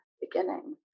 beginning